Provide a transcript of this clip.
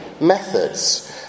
methods